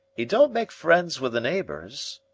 e don't make friends with the neighbors.